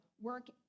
Work